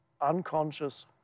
unconscious